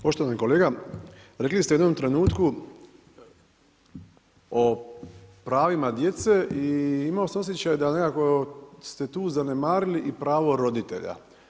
Poštovani kolega, rekli ste u jednom trenutku o pravima djece i imao sam osjećaj da nekako ste tu zanemarili i pravo roditelja.